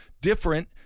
different